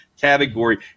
category